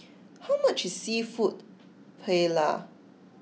how much is Seafood Paella